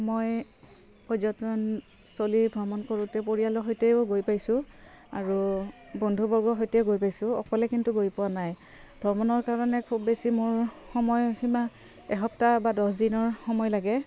মই পৰ্যটনস্থলী ভ্ৰমণ কৰোঁতে পৰিয়ালৰ সৈতেও গৈ পাইছোঁ আৰু বন্ধুবৰ্গৰ সৈতেও গৈ পাইছোঁ অকলে কিন্তু গৈ পোৱা নাই ভ্ৰমণৰ কাৰণে খুব বেছি মোৰ সময় সীমা এসপ্তাহ বা দহ দিনৰ সময় লাগে